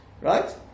Right